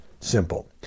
simple